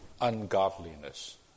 ungodliness